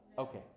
Okay